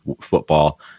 football